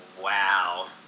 wow